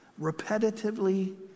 repetitively